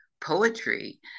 poetry